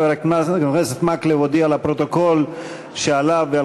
חבר הכנסת מקלב הודיע לפרוטוקול שעליו ועל